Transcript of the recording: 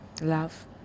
love